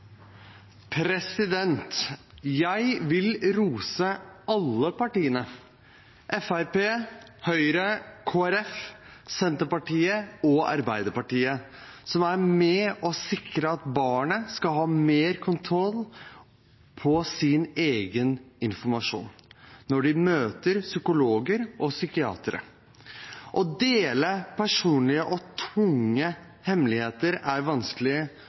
Jeg vil rose alle partiene – Fremskrittspartiet, Høyre, Kristelig Folkeparti, Senterpartiet og Arbeiderpartiet – som er med på å sikre at barn skal ha mer kontroll på sin egen informasjon når de møter psykologer og psykiatere. Å dele personlige og tunge hemmeligheter er vanskelig